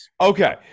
okay